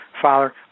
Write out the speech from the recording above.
father